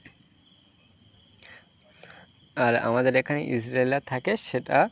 আর আমাদের এখানে ইজরায়েলরা থাকে সেটা